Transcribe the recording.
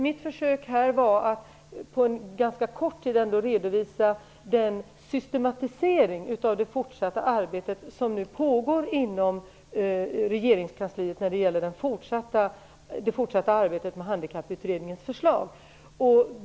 Jag försökte att på en ganska kort tid redovisa den systematisering av det fortsatta arbete som nu pågår inom regeringskansliet när det gäller Handikapputredningens förslag.